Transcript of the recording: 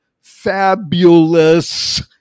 fabulous